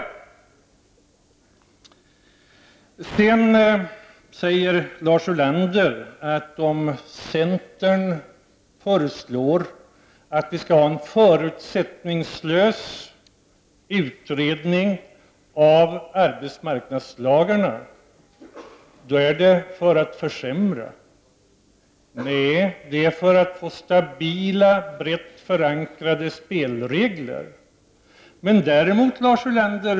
Lars Ulander säger vidare att centern är ute efter att åstadkomma försämringar när man föreslår en förutsättningslös utredning av arbetsmarknadslagarna. Nej, det gör vi för att få stabila och brett förankrade spelregler på arbetsmarknaden.